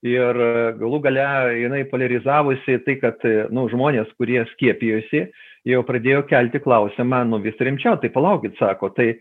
ir galų gale jinai poliarizavosi tai kad nu žmonės kurie skiepijosi jau pradėjo kelti klausimą nu vis rimčiau tai palaukit sako tai